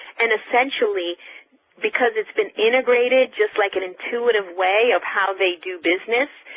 and essentially because it's been integrated just like an intuitive way of how they do business,